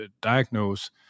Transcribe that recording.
diagnose